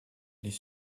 les